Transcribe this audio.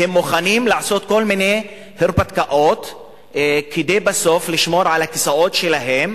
והם מוכנים לעשות כל מיני הרפתקאות כדי לשמור בסוף על הכיסאות שלהם,